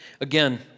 Again